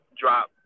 drop